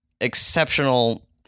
exceptional